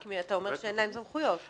אתה אומר שאין להם סמכויות.